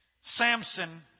Samson